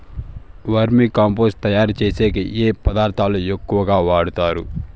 వర్మి compost తయారుచేసేకి ఏ పదార్థాలు ఎక్కువగా వాడుతారు